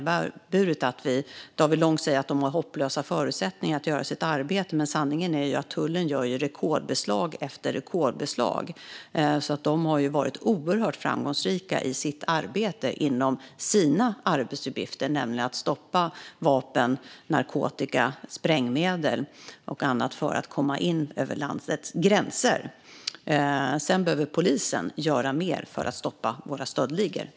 David Lång säger att de har hopplösa förutsättningar att göra sitt arbete, men sanningen är ju att tullen gör rekordbeslag efter rekordbeslag. De har varit oerhört framgångsrika inom sina arbetsuppgifter, nämligen att stoppa vapen, narkotika, sprängmedel och annat från att komma in över landets gränser. Polisen behöver även göra mer för att stoppa våra stöldligor.